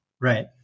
Right